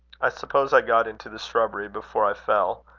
i suppose i got into the shrubbery before i fell.